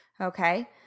okay